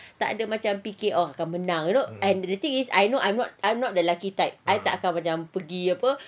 tak ada macam fiikir oh kita akan menang you know and the thing is I know I'm I'm not the lucky type I tak akan macam pergi apa